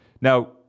Now